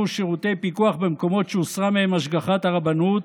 שירותי פיקוח במקומות שהוסרה מהם השגחת הרבנות